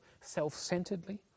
self-centeredly